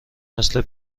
مثل